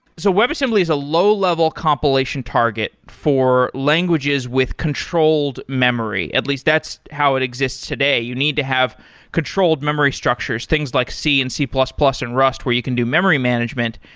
so webassembly is a low-level compilation target for languages with controlled memory. at least that's how it exists today. you need to have controlled memory structures, things like c and c plus plus and rust where you can do memory management.